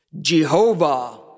Jehovah